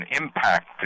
impact